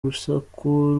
urusaku